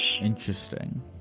Interesting